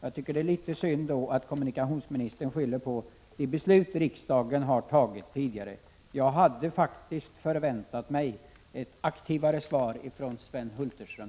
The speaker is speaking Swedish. Jag tycker att det är litet synd att kommunikationsministern skyller på ett beslut som riksdagen har fattat tidigare. Jag hade faktiskt förväntat mig ett aktivare svar från Sven Hulterström.